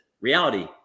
reality